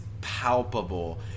palpable